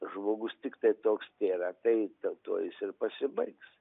žmogus tiktai toks tėra tai tuo jis ir pasibaigs